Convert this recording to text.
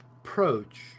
approach